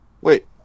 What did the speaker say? Wait